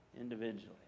Individually